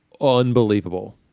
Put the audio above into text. unbelievable